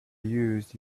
used